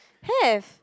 have